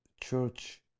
church